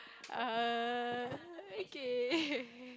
err okay